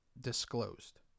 disclosed